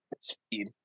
speed